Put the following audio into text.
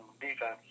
defense